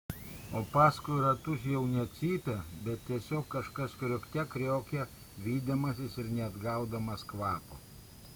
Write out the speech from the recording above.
o paskui ratus jau ne cypė bet tiesiog kažkas kriokte kriokė vydamasis ir neatgaudamas kvapo